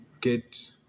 get